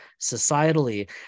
societally